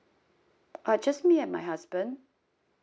ah just me and my husband